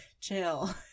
chill